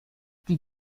die